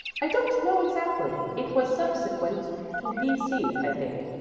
i don't know exactly. it was subsequent to b c, i think,